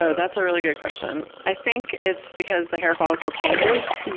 ah that's a really good question. i think it's because the hair follicle changes,